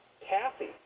taffy